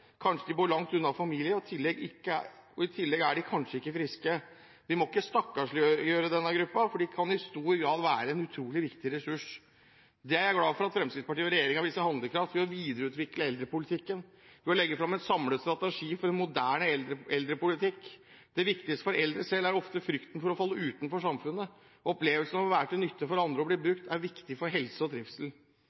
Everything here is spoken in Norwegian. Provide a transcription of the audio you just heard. Kanskje de bor langt unna familie, og i tillegg er de kanskje ikke friske. Vi må ikke stakkarsliggjøre denne gruppen, for de kan i stor grad være en utrolig viktig ressurs. Jeg er glad for at Fremskrittspartiet og regjeringen viser handlekraft til å videreutvikle eldrepolitikken, ved å legge fram en samlet strategi for en moderne eldrepolitikk. Det viktigste for eldre selv er ofte frykten for å falle utenfor samfunnet. Opplevelsen av å være til nytte for andre og bli brukt, er viktig for helse og trivsel.